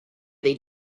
they